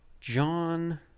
John